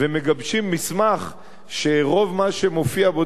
ומגבשים מסמך שרוב מה שמופיע בו,